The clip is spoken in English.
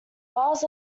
bars